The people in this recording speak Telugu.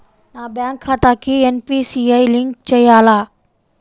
నా బ్యాంక్ ఖాతాకి ఎన్.పీ.సి.ఐ లింక్ చేయాలా?